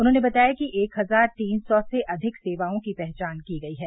उन्होंने बताया कि एक हजार तीन सौ से अधिक सेवाओं की पहचान की गई है